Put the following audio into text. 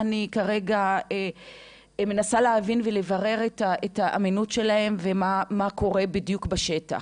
אני כרגע מנסה להבין ולברר את האמינות שלהן ומה קורה בדיוק בשטח.